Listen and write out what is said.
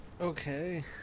Okay